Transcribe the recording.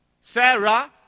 Sarah